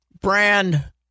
brand